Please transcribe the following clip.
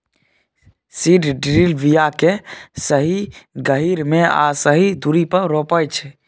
seed drill बीया केँ सही गहीर मे आ सही दुरी पर रोपय छै